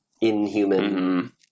inhuman